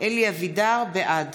בעד